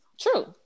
true